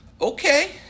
Okay